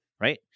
Right